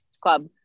club